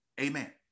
Amen